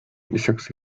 lisaks